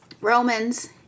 Romans